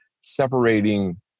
separating